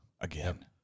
Again